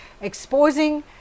exposing